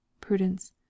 prudence